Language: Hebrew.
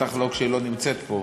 בטח לא כשהיא לא נמצאת פה.